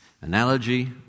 Analogy